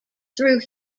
through